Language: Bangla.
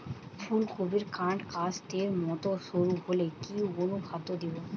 ফুলকপির কান্ড কাস্তের মত সরু হলে কি অনুখাদ্য দেবো?